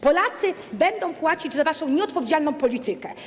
Polacy będą płacić za waszą nieodpowiedzialną politykę.